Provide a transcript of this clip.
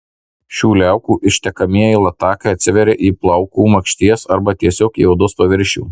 šių liaukų ištekamieji latakai atsiveria į plaukų makšties arba tiesiog į odos paviršių